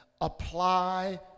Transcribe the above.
Apply